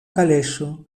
kaleŝo